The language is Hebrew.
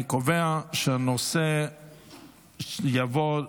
אני קובע שהנושא יעבור,